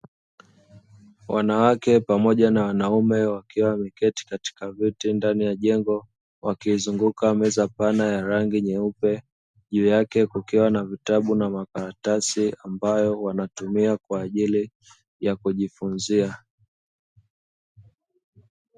Wanawake pamoja na wanaume wakiwa wameketi katika viti ndani ya jengo wakiizunguka meza pana ya rangi nyeupe, juu yake kukiwa na vitabu na makaratasi ambayo wanatumia kwa ajili ya kujifunzia.